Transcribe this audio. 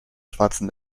schwarzen